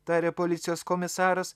tarė policijos komisaras